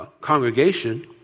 congregation